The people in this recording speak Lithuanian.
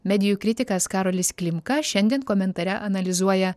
medijų kritikas karolis klimka šiandien komentare analizuoja